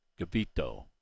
Gavito